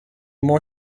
more